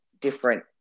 different